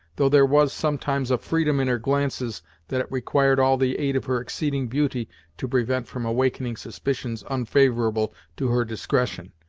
though there was sometimes a freedom in her glances that it required all the aid of her exceeding beauty to prevent from awakening suspicions unfavorable to her discretion,